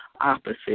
opposite